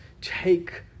take